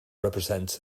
represents